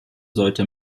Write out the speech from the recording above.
sollte